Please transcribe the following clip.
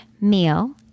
meal